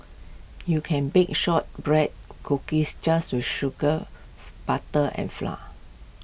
you can bake Shortbread Cookies just with sugar butter and flour